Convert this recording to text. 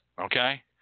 Okay